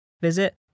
visit